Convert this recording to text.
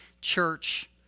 church